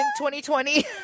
2020